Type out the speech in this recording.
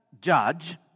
judge